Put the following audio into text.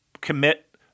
commit